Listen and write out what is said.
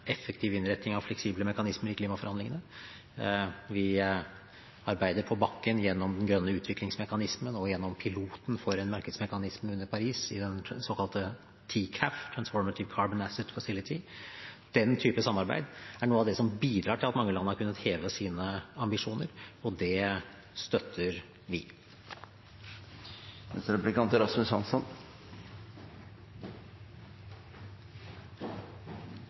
effektiv innretning av fleksible mekanismer i klimaforhandlingene. Vi arbeider på bakken gjennom den grønne utviklingsmekanismen og gjennom piloten for en markedsmekanisme under Paris i den såkalte TCAF – Transformative Carbon Asset Facility. Den type samarbeid er noe av det som bidrar til at mange land har kunnet heve sine ambisjoner, og det støtter vi.